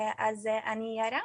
אז אני יארה,